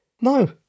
No